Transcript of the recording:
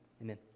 Amen